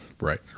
Right